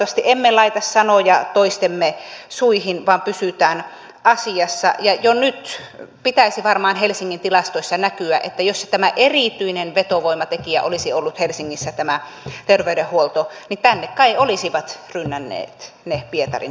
toivottavasti emme laita sanoja toistemme suihin vaan pysymme asiassa ja jo nyt pitäisi varmaan helsingin tilastoissa näkyä että jos tämä terveydenhuolto erityinen vetovoimatekijä olisi ollut helsingissä niin tänne kai olisivat rynnänneet ne pietarin ihmiset